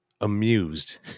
Amused